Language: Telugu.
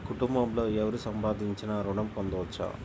కుటుంబంలో ఎవరు సంపాదించినా ఋణం పొందవచ్చా?